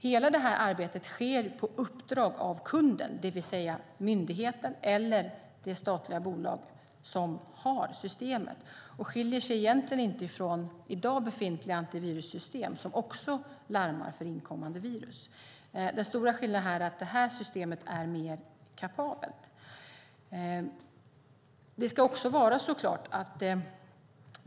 Hela detta arbete sker på uppdrag av kunden, det vill säga myndigheten eller det statliga bolag som har systemet, och skiljer sig egentligen inte från i dag befintliga antivirussystem som också larmar för inkommande virus. Den stora skillnaden är att det här systemet är mer kapabelt.